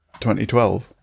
2012